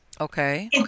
Okay